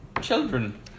Children